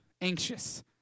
anxious